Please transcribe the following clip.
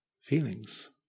feelings